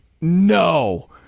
no